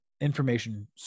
information